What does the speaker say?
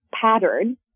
pattern